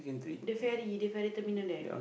the ferry the ferry terminal there